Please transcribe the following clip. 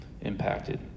impacted